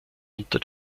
unter